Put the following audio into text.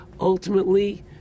ultimately